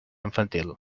infantil